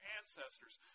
ancestors